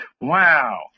Wow